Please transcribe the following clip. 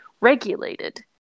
regulated